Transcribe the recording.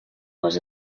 was